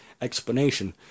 explanation